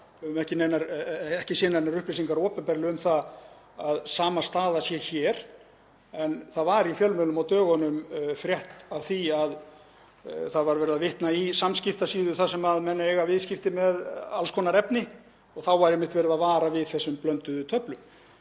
ekki séð neinar upplýsingar opinberlega um að sama staða sé hér. En það var í fjölmiðlum á dögunum frétt af því — það var verið að vitna í samskiptasíðu þar sem menn eiga viðskipti með alls konar efni og þá var einmitt verið að vara við þessum blönduðu töflum.